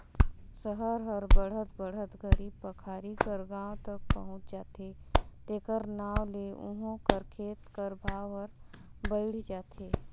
सहर हर बढ़त बढ़त घरी पखारी कर गाँव तक पहुंच जाथे तेकर नांव ले उहों कर खेत कर भाव हर बइढ़ जाथे